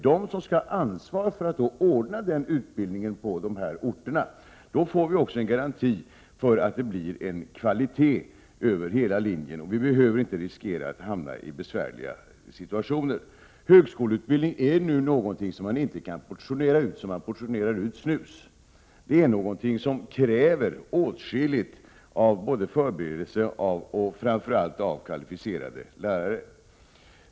Dessa skall ansvara för att anordna en sådan utbildning på dessa orter. Då får vi också en garanti för att det blir kvalitet över hela linjen. Vi behöver inte riskera att hamna i besvärliga situationer. Högskoleutbildning är någonting som man inte kan portionera ut som man portionerar ut snus. Det är någonting som kräver åtskilligt av förberedelse och framför allt kvalificerade lärare.